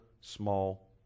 small